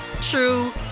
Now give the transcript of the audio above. true